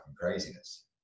craziness